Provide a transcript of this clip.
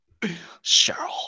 Cheryl